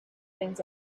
things